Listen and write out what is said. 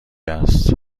است